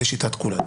לשיטת כולנו.